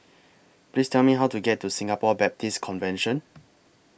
Please Tell Me How to get to Singapore Baptist Convention